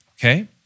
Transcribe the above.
okay